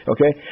Okay